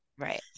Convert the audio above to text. Right